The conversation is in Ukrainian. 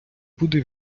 буде